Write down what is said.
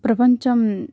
ప్రపంచం